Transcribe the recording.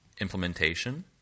implementation